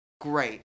great